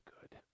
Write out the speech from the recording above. good